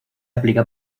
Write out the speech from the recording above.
aplica